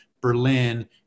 Berlin